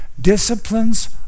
Disciplines